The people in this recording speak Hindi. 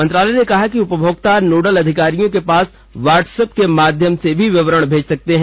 मंत्रालय ने कहा कि उपभोक्ता नोडल अधिकारियों के पास व्हाट्सएप के माध्यम से भी विवरण भेज सकते हैं